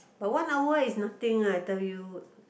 but one hour is nothing ah I tell you